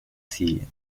siguiente